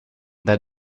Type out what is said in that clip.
that